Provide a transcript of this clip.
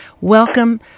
Welcome